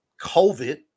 COVID